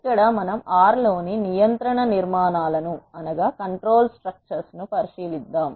ఇక్కడ మనం R లోని నియంత్రణ నిర్మాణాలను పరిశీలిస్తాము